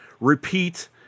repeat